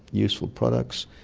useful products,